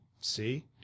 See